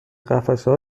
قفسهها